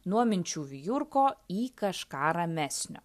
nuo minčių vijurko į kažką ramesnio